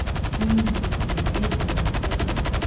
soon he became dizzy and faint.